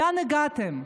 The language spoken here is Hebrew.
לאן הגעתם?